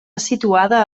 situada